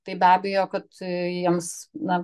tai be abejo kad jiems na